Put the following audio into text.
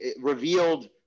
revealed